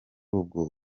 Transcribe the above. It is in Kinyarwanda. ubwo